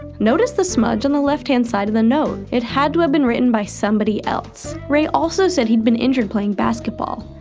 notice the smudge on the left hand side of the note. it had to be written by somebody else. ray also said he had been injured playing basketball.